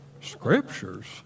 Scriptures